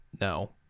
no